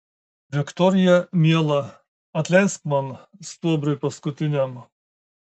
viktorija miela atleisk man stuobriui paskutiniam